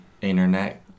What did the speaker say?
internet